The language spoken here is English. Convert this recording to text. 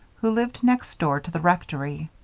who lived next door to the rectory,